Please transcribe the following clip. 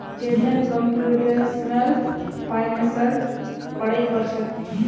Chetan computational फाइनेंसेर पढ़ाई कर छेक